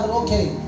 okay